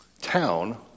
town